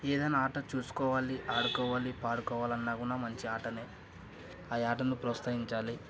ఏదైనా ఆట చూసుకోవాలి ఆడుకోవాలి పాడుకోవాలి అన్న కూడా మంచి ఆటనే ఆయా ఆటను ప్రోత్సహించాలి